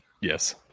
Yes